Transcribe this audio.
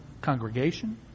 congregation